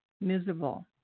miserable